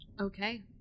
okay